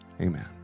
Amen